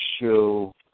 show